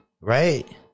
right